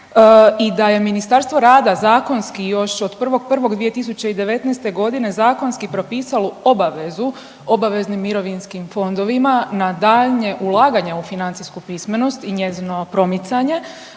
i da je Ministarstvo rada zakonski još od 1.1.2019. godine zakonski propisalo obavezu obaveznim mirovinskim fondovima na daljnje ulaganje u financijsku pismenost i njezino promicanje.